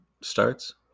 starts